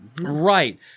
Right